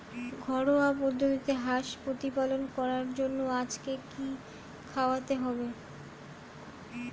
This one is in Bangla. ঘরোয়া পদ্ধতিতে হাঁস প্রতিপালন করার জন্য আজকে কি খাওয়াতে হবে?